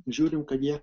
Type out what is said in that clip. žiūrim kad jie